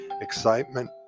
excitement